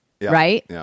right